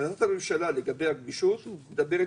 אחריות הממשלה לגבי הגמישות מדברת